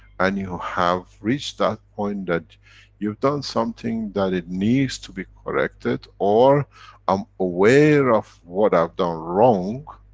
and you have reached that point that you've done something, that it needs to be corrected, or i'm aware of what i've done wrong,